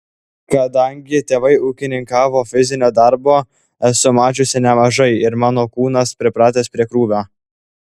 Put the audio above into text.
kadangi tėvai ūkininkavo fizinio darbo esu mačiusi nemažai ir mano kūnas pripratęs prie krūvio